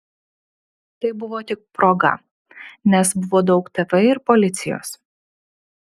tai buvo tik proga nes buvo daug tv ir policijos